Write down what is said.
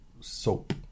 soap